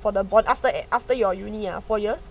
for the bond after you after your unit four years